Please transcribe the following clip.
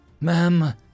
ma'am